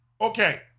okay